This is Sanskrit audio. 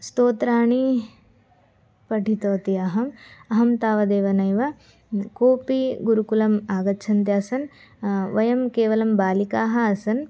स्तोत्राणि पठितवती अहम् अहं तावदेव नैव कोपि गुरुकुलम् आगच्छन्त्यासन् वयं केवलं बालिकाः आसन्